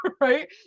right